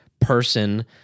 person